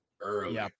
early